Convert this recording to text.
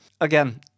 Again